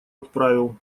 отправил